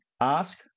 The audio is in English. ask